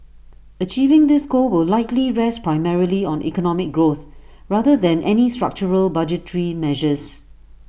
achieving this goal will likely rest primarily on economic growth rather than any structural budgetary measures